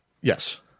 Yes